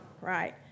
right